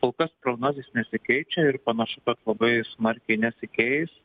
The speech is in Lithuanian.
kol kas prognozės nesikeičia ir panašu kad labai smarkiai nesikeis